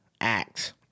act